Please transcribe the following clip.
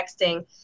texting